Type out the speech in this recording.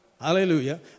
Hallelujah